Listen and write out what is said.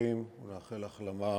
הנרצחים ונאחל החלמה